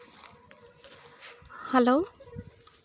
hello